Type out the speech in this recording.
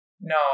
No